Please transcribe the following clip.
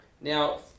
Now